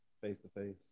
face-to-face